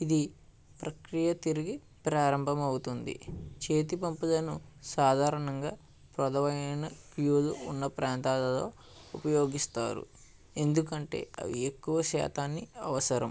ఇది ప్రక్రియ తిరిగి ప్రారంభమవుతుంది చేతి పంపులను సాధారణంగా ప్రదమమైన ప్యూల్ ఉన్న ప్రాంతాలలో ఉపయోగిస్తారు ఎందుకంటే అవి ఎక్కువ శాతాన్ని అవసరం